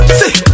see